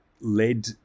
led